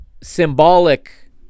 symbolic